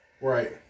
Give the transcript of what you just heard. Right